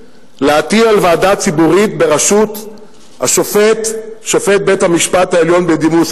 להטיל על ועדה ציבורית בראשות שופט בית-המשפט העליון בדימוס,